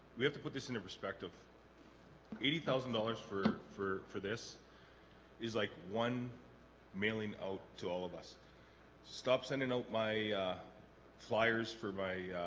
we have to put this into perspective eighty thousand dollars for four for this is like one mailing out to all of us stop sending out my flyers for my